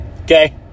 Okay